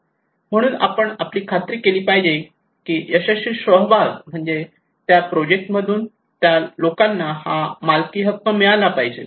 आणि म्हणून आपण खात्री केली पाहिजे की यशस्वी सहभाग म्हणजेच त्या प्रोजेक्ट मधून त्या लोकांना हा मालकी हक्क मिळाला पाहिजे